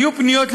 היו פניות,